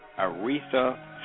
Aretha